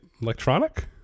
Electronic